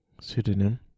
Pseudonym